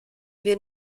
wir